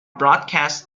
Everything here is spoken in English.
broadcast